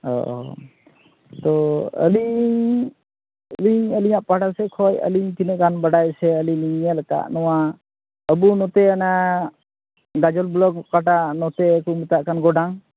ᱛᱚ ᱟᱹᱞᱤᱧ ᱞᱤᱧ ᱟᱹᱞᱤᱧᱟᱜ ᱯᱟᱦᱚᱴᱟ ᱥᱮᱫ ᱠᱷᱚᱡ ᱟᱹᱞᱤᱧ ᱛᱤᱱᱟᱹᱜ ᱜᱟᱱ ᱵᱟᱰᱟᱭ ᱥᱮ ᱟᱹᱞᱤᱧ ᱞᱤᱧ ᱧᱮᱞᱟᱠᱟᱫ ᱱᱚᱣᱟ ᱟᱵᱚ ᱱᱚᱛᱮ ᱚᱱᱟ ᱜᱟᱡᱚᱞ ᱵᱞᱚᱠ ᱚᱠᱟᱴᱟᱜ ᱱᱚᱛᱮ ᱫᱚᱠᱩ ᱢᱮᱛᱟᱜ ᱠᱟᱱ ᱜᱚᱰᱟᱝ